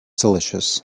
delicious